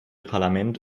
parlament